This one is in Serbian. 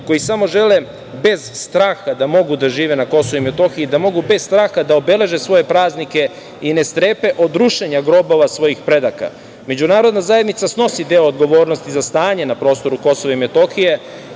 koji samo žele bez straha da mogu da žive na Kosovu i Metohiji i da mogu bez straha da obeleže svoje praznike i ne strepe od rušenja grobova svojih predaka? Međunarodna zajednica snosi deo odgovornosti za stanje na prostoru Kosova i Metohije